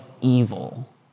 evil